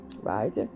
Right